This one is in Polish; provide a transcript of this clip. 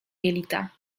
jelita